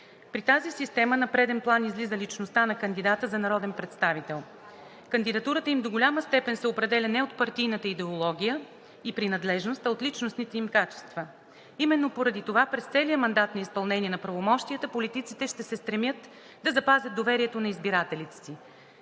При тази система на преден план излиза личността на кандидата за народен представител. Кандидатурата им до голяма степен се определя не от партийната идеология и принадлежност, а от личностните им качества. Именно поради това през целия мандат на изпълнение на правомощията политиците ще се стремят да запазят доверието на избирателите